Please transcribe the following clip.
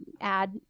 add